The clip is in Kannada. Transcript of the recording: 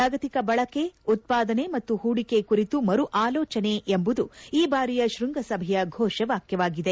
ಜಾಗತಿಕ ಬಳಕೆ ಉತ್ಪಾದನೆ ಮತ್ತು ಹೂಡಿಕೆ ಕುರಿತು ಮರು ಆಲೋಚನೆ ಎಂಬುದು ಈ ಬಾರಿಯ ಶೃಂಗಸಭೆಯ ಘೋಷವಾಕ್ಯವಾಗಿದೆ